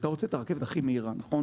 אתה רוצה את הרכבת הכי מהירה, נכון?